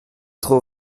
trop